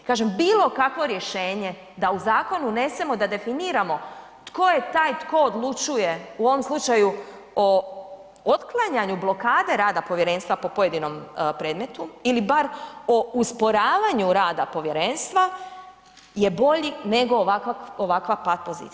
Kažem bilo kakvo rješenje da u zakon unesemo, da definiramo tko je taj tko odlučuje, u ovom slučaju o otklanjanju, blokade rada povjerenstva po pojedinom predmetu ili bar o usporavanju rada povjerenstva je bolji nego ovakva pat pozicija.